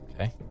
okay